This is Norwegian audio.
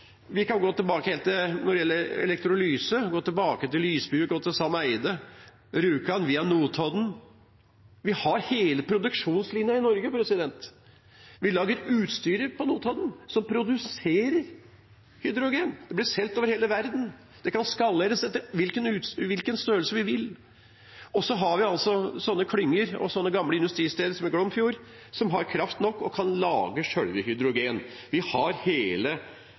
Når det gjelder elektrolyse, kan vi gå helt tilbake til lysbue, til Sam Eyde, til Rjukan via Notodden. Vi har hele produksjonslinjen i Norge. Vi lager utstyret som produserer hydrogen, på Notodden. Det blir solgt over hele verden. Det kan skaleres etter hvilken størrelse vi vil. Og så har vi klynger og gamle industristeder som i Glomfjord, som har kraft nok og kan lage selve hydrogenet. Vi har hele